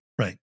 Right